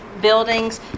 buildings